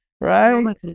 right